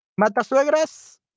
Matasuegras